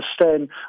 understand